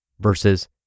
versus